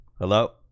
Hello